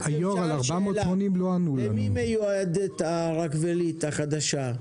מקלב שאל שאלה, למי מיועדת הרכבלית החדשה.